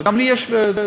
גם לי יש דעות.